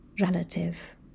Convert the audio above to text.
relative